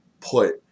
put